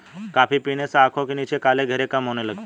coffee पीने से आंखों के नीचे काले घेरे कम होने लगते हैं